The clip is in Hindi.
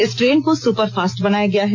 इस ट्रेन को सुपरफास्ट बनाया गया है